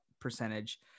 percentage